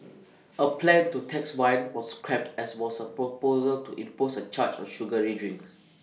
A plan to tax wine was scrapped as was A proposal to impose A charge on sugary drinks